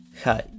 Hi